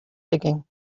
digging